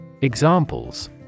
Examples